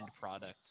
product